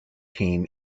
team